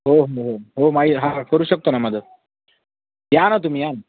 हो हो हो म्हाई हां करू शकतो ना मदत या ना तुम्ही या ना